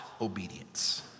obedience